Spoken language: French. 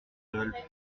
adolphe